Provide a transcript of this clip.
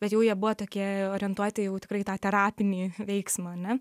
bet jau jie buvo tokie orientuoti jau tikrai į tą terapinį veiksmą ane